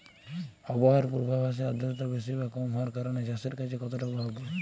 আবহাওয়ার পূর্বাভাসে আর্দ্রতা বেশি বা কম হওয়ার কারণে চাষের কাজে কতটা প্রভাব পড়ে?